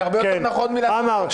זה הרבה יותר נכון מלעשות חוק --- עמאר,